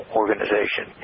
organization